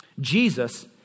Jesus